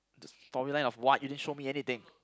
the storyline of what you didn't show me anything